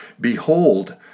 Behold